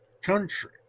country